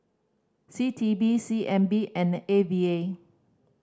C T E C N B and A V A